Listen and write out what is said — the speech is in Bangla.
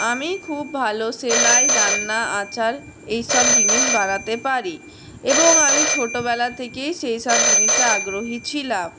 আমি খুব ভালো সেলাই রান্না আচার এইসব জিনিস বানাতে পারি এবং আমি ছোটবেলা থেকেই সেসব জিনিসে আগ্রহী ছিলাম